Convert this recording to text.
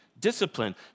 discipline